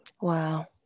Wow